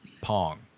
Pong